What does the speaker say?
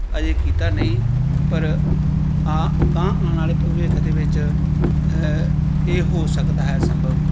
ਅਜੇ ਕੀਤਾ ਨਹੀਂ ਪਰ ਆਂ ਅਗਾਂਹ ਆਉਣ ਵਾਲੇ ਭਵਿੱਖ ਦੇ ਵਿੱਚ ਇਹ ਹੋ ਸਕਦਾ ਹੈ ਸੰਭਵ